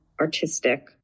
artistic